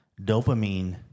dopamine